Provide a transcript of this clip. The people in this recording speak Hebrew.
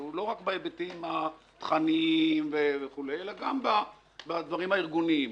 לא רק בהיבטים התוכניים וכולי אלא גם בדברים הארגוניים.